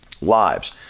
lives